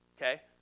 Okay